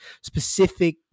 specific